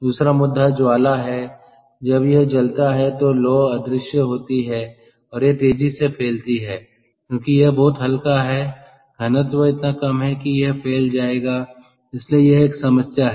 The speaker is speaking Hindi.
दूसरा मुद्दा ज्वाला है जब यह जलता है तो लौ अदृश्य होती है और यह तेजी से फैलती है क्योंकि यह बहुत हल्का है घनत्व इतना कम है कि यह फैल जाएगा इसलिए यह एक समस्या है